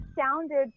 sounded